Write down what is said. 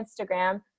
Instagram